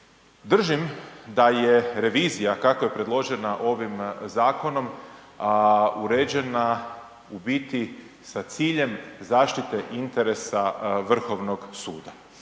Držim da je revizija kako je predložena ovim zakonom, a uređena u biti sa ciljem zaštite interesa Vrhovnog suda.